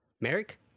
Merrick